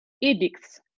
edicts